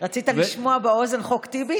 רצית לשמוע באוזן "חוק טיבי"?